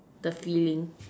the feeling